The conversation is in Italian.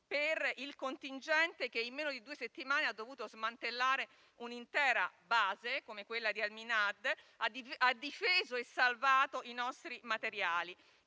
per il contingente che, in meno di due settimane, ha dovuto smantellare un'intera base come quella di Al Minhad, oltre a difendere e salvare i nostri materiali.